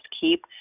keep